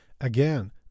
again